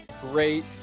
great